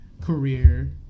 career